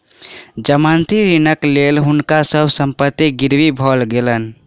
जमानती ऋणक लेल हुनका सभ संपत्ति गिरवी भ गेलैन